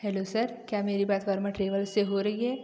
hello sir क्या मेरी बात वर्मा ट्रेवल से हो रही है